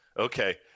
Okay